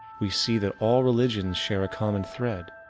we see that all religions share a common thread.